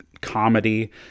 comedy